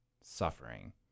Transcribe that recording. suffering